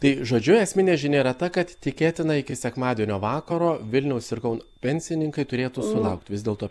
tai žodžiu esminė žinia yra ta kad tikėtina iki sekmadienio vakaro vilniaus ir kauno pensininkai turėtų sulaukt vis dėlto